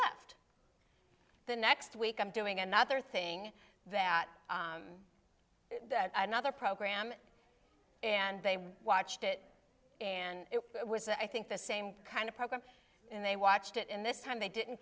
left the next week i'm doing another thing that another program and they watched it and it was i think the same kind of program and they watched it and this time they didn't